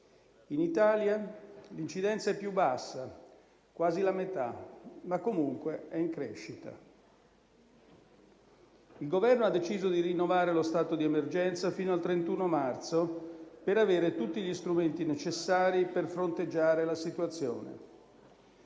In Italia l'incidenza è più bassa (quasi la metà), ma comunque è in crescita. Il Governo ha deciso di rinnovare lo stato di emergenza fino al 31 marzo per avere tutti gli strumenti necessari a fronteggiare la situazione.